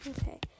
Okay